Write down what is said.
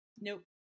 Nope